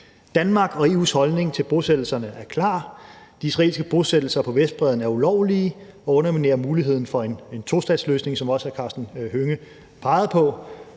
Danmark og EU's holdning til bosættelserne er klar. De israelske bosættelser på Vestbredden er ulovlige og underminerer muligheden for en tostatsløsning, som også hr. Karsten Hønge pegede på.